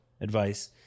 advice